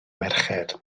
merched